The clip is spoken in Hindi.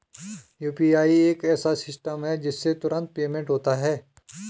यू.पी.आई एक ऐसा सिस्टम है जिससे तुरंत पेमेंट होता है